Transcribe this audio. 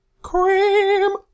Cream